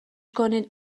کنید